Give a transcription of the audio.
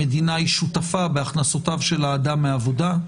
המדינה היא שותפה בהכנסותיו של האדם מעבודה,